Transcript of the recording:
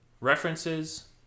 references